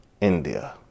India